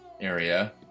area